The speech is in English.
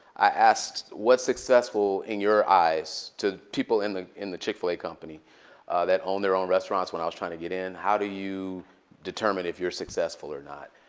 i asked what's successful in your eyes to people in the in the chick-fil-a company that owned their own restaurants when i was trying to get in. how do you determine if you're successful or not?